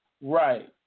Right